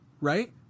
Right